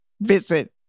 visit